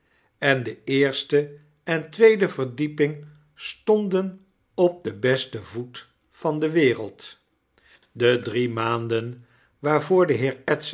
en de eerste en tweede verdieping stonden op den besten voet van de wereld de drie maanden waarvoor